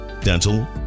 dental